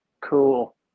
cool